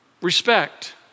respect